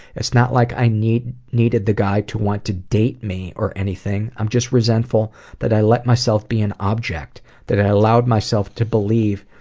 it's not like i needed the guy to want to date me or anything i'm just resentful that i let myself be an object that i allowed myself to believe